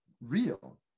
real